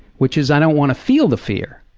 which is, i don't want to feel the fear,